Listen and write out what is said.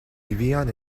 vivían